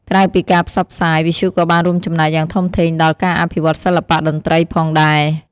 ក្រៅពីការផ្សព្វផ្សាយ វិទ្យុក៏បានរួមចំណែកយ៉ាងធំធេងដល់ ការអភិវឌ្ឍសិល្បៈតន្ត្រី ផងដែរ។